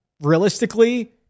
realistically